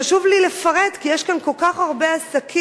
חשוב לי לפרט כי יש כאן כל כך הרבה עסקים